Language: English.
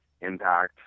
Impact